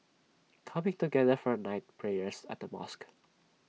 coming together for night prayers at the mosque